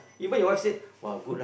correct